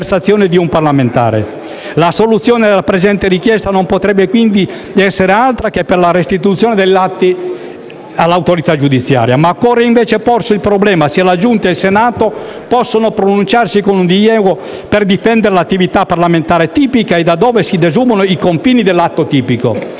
La soluzione della presente richiesta non potrebbe, quindi, essere altra che la restituzione degli atti all'autorità giudiziaria. Ma occorre invece porsi il problema se la Giunta e il Senato possono pronunciarsi con un diniego per difendere l'attività parlamentare tipica e da dove si desumano i confini dell'atto tipico.